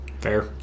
fair